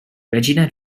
regina